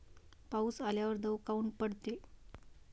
पाऊस आल्यावर दव काऊन पडते?